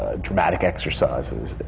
ah dramatic exercises,